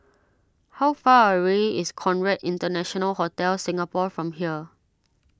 how far away is Conrad International Hotel Singapore from here